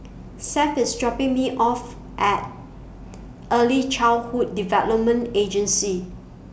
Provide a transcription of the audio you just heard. Seth IS dropping Me off At Early Childhood Development Agency